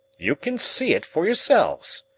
you can see it for yourselves,